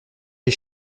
les